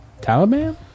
Taliban